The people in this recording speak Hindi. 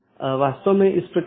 यह महत्वपूर्ण है